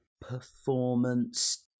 performance